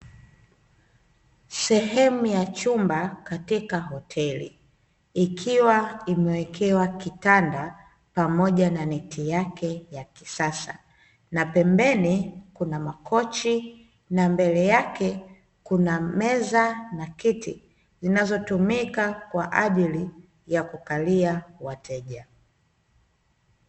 Sehemu ya chumba katika hoteli, ikiwa imewekewa kitanda pamoja na neti yake ya kisasa, na pembeni kuna makochi. Na mbele yake, kuna meza na kiti, zinazotumika kwa ajili ya kukalia wateja.